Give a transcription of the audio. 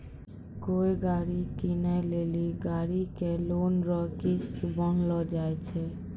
कोय गाड़ी कीनै लेली गाड़ी के लोन रो किस्त बान्हलो जाय छै